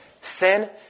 Sin